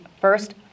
first